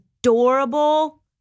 Adorable